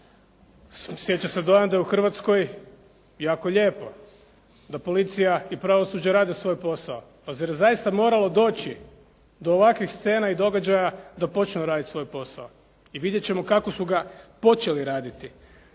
Sječe se dojam da je u Hrvatskoj jako lijepo, da policija i pravosuđe rade svoj posao. Pa zar je zaista moralo doći do ovakvih scena i događaja da počnu raditi svoj posao i vidjeti ćemo kako su ga počeli raditi.